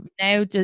now